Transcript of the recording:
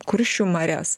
kuršių marias